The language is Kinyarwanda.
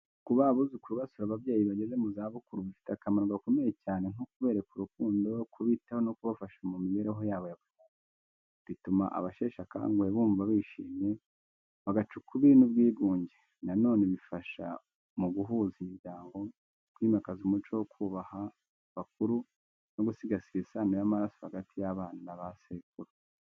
Kuba abuzukuru basura ababyeyi bageze mu zabukuru bifite akamaro gakomeye cyane nko kubereka urukundo, kubitaho no kubafasha mu mibereho yabo ya buri munsi. Bituma abasheshe akanguhe bumva bishimye, bagaca ukubiri n’ubwigunge. Na none bifasha mu guhuza imiryango, kwimakaza umuco wo kubaha abakuru no gusigasira isano y’amaraso hagati y’abana na ba sekuru.